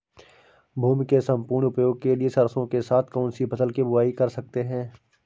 भूमि के सम्पूर्ण उपयोग के लिए सरसो के साथ कौन सी फसल की बुआई कर सकते हैं?